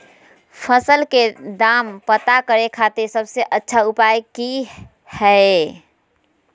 फसल के दाम पता करे खातिर सबसे अच्छा उपाय की हय?